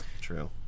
true